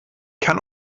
kann